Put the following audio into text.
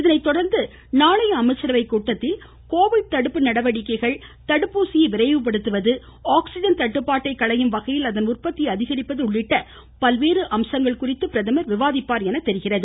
இதனை தொடர்ந்து நாளைய அமைச்சரவைக் கூட்டத்தில் கோவிட் தடுப்பு நடவடிக்கைகள் தடுப்பூசியை விரைவுபடுத்துவது ஆக்சிஜன் தட்டுப்பாட்டை களையும் வகையில் அதன் உற்பத்தியை அதிகரிப்பது உள்ளிட்ட பல்வேறு அம்சங்கள் குறித்து பிரதமர் விவாதிப்பார் என தெரிகிறது